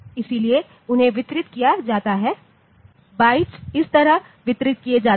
इसलिए उन्हें वितरित किया जाता है बाइट्स इस तरह वितरित किए जाते हैं